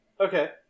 Okay